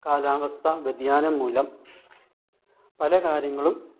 കാലാവസ്ഥ വ്യതിയാനം മൂലം പല കാര്യങ്ങളും